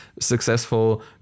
successful